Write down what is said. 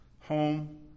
home